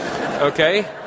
Okay